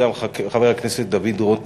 שיזם חבר הכנסת דוד רותם.